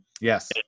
Yes